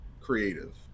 creative